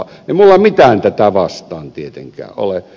ei minulla mitään tätä vastaan tietenkään ole